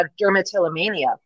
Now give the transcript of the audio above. dermatillomania